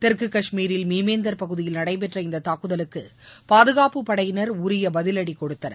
தெற்கு காஷ்மீரில் மீமேந்தர் பகுதியில் நடைபெற்ற இந்த தாக்குதலுக்கு பாதுகாப்புப் படையினர் உரிய பதிலடி கொடுத்தனர்